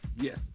Yes